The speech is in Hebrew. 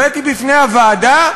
הבאתי בפני הוועדה,